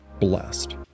blessed